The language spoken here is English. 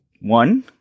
One